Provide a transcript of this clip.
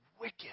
wicked